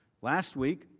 last week,